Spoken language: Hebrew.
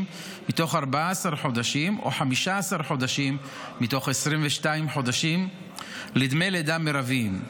מתוך 14 חודשים או 15 חודשים מתוך 22 חודשים לדמי לידה מרביים.